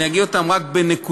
אני אגיד רק בנקודות,